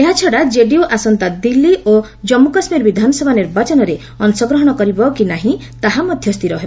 ଏହାଛଡ଼ା କେଡିୟୁ ଆସନ୍ତା ଦିଲ୍ଲୀ ଓ କମ୍ମୁ କାଶୁୀର ବିଧାନସଭା ନିର୍ବାଚନରେ ଅଂଶଗ୍ରହଣ କରିବ କି ନାହିଁ ତାହା ମଧ୍ୟ ସ୍ଥିର ହେବ